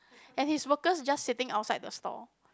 and his workers just sitting outside the stall